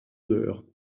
odeur